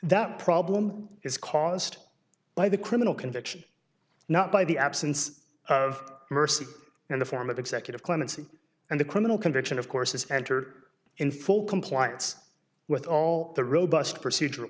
that problem is caused by the criminal conviction not by the absence of mercy in the form of executive clemency and the criminal conviction of course is entered in full compliance with all the robust procedural